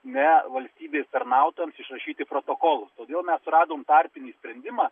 ne valstybės tarnautojams išrašyti protokolus todėl mes suradom tarpinį sprendimą